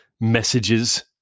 messages